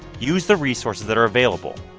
use the resources that are available.